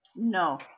No